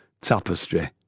tapestry